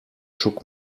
shook